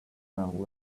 man